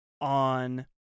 on